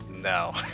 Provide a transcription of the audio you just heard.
No